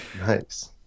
Nice